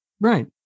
Right